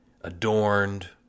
adorned